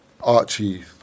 Archie